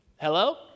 Hello